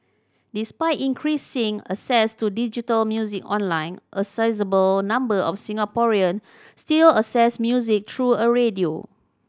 despite increasing access to digital music online a sizeable number of Singaporean still access music through radio